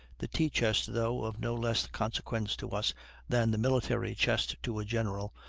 the tea-chest, though of no less consequence to us than the military-chest to a general,